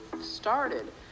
started